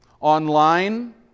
Online